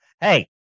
Hey